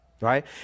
right